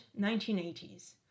1980s